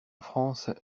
france